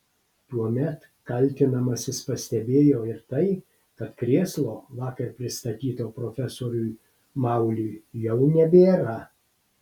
tuomet kaltinamasis pastebėjo ir tai kad krėslo vakar pristatyto profesoriui mauliui jau nebėra